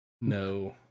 no